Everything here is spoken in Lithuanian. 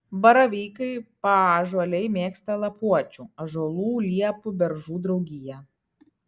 baravykai paąžuoliai mėgsta lapuočių ąžuolų liepų beržų draugiją